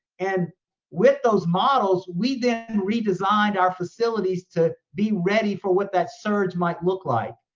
and with those models, we then redesigned our facilities to be ready for what that surge might look like.